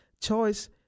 choice